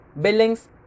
Billings